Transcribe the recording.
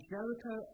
Jericho